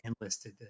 enlisted